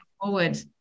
forward